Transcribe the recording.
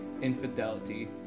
infidelity